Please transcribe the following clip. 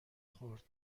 خورد